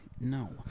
No